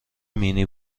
مینی